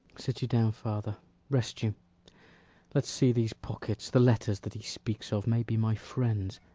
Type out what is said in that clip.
sit you down, father rest you let's see these pockets the letters that he speaks of may be my friends